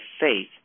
faith